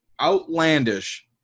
Outlandish